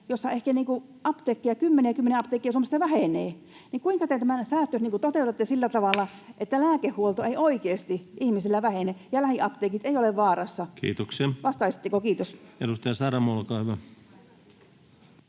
ja kymmeniä apteekkeja Suomesta vähenee. Kuinka te nämä säästöt toteutatte sillä tavalla, että lääkehuolto ei oikeasti ihmisillä vähene ja lähiapteekit eivät ole vaarassa? [Puhemies: Kiitoksia!] Vastaisitteko, kiitos? Edustaja Saramo, olkaa hyvä.